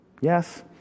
Yes